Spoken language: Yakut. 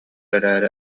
эрээри